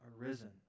arisen